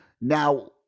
Now